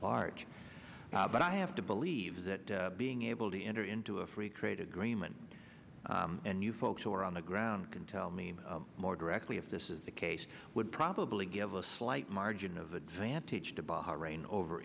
bart but i have to believe that being able to enter into a free trade agreement and you folks who are on the ground can tell me more directly if this is the case would probably give a slight margin of advantage to bahrain over